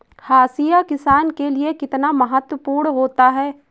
हाशिया किसान के लिए कितना महत्वपूर्ण होता है?